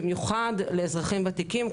במיוחד לאזרחים וותיקים,